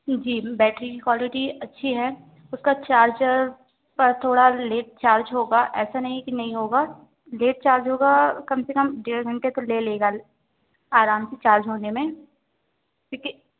जी battery की quality अच्छी है उसका चार्जर पर थोड़ा लेट चार्ज होगा ऐसा नहीं कि नहीं होगा लेट चार्ज होगा कम से कम डेढ़ घंटे तक ले लेगा आराम से चार्ज होने में क्योंकि